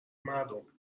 مردم